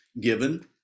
given